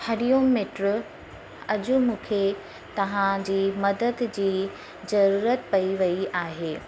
हरि ओम मित्र अॼु मूंखे तव्हांजी मदद जी ज़रूरत पेई वेई आहे